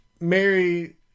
Mary